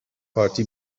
پارتی